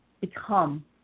become